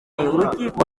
urukiko